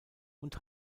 und